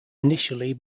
initially